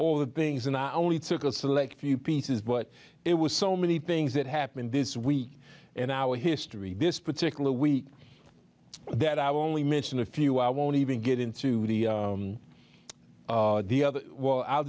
all the things and i only took a select few pieces but it was so many things that happened this week in our history this particular week that i will only mention a few i won't even get into the the other while i'll